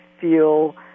feel